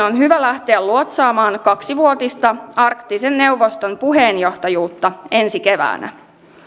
on hyvä lähteä luotsaamaan kaksivuotista arktisen neuvoston puheenjohtajuutta ensi keväänä